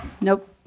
Nope